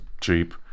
cheap